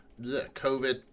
COVID